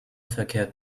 verkehrt